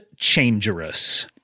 Changerous